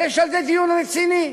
שיש עליו דיון רציני: